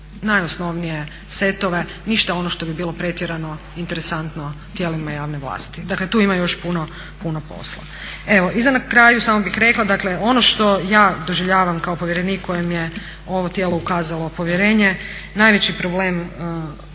najosnovnije setove, ništa ono što bi bilo pretjerano interesantno tijelima javne vlasti. Dakle tu ima još puno, puno posla. I na kraju samo bih rekla dakle ono što ja doživljavam kao povjerenik kojem je ovo tijelo ukazalo povjerenje, najveći problem i